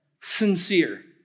sincere